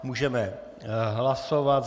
Můžeme hlasovat.